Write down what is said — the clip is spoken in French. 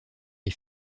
les